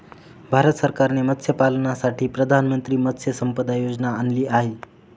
भारत सरकारने मत्स्यपालनासाठी प्रधानमंत्री मत्स्य संपदा योजना आणली आहे